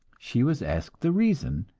she was asked the reason,